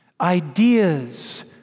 ideas